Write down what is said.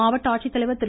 மாவட்ட ஆட்சித்தலைவர் திரு